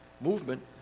movement